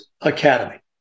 Academy